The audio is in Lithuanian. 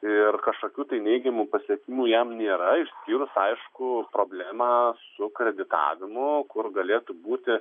ir kažkokių tai neigiamų pasekmių jam nėra išskyrus aišku problemą su kreditavimu kur galėtų būti